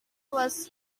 was